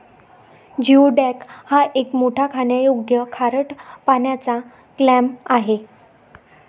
geoduck हा एक मोठा खाण्यायोग्य खारट पाण्याचा क्लॅम आहे